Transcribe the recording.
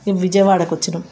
విజయవాడకు వచ్చినాం